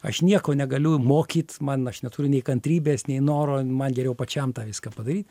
aš nieko negaliu mokyt man aš neturiu nei kantrybės nei noro man geriau pačiam tą viską padaryt